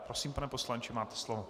Prosím, pane poslanče, máte slovo.